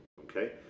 okay